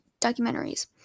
documentaries